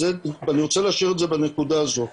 אז אני רוצה להשאיר את זה בנקודה הזאת.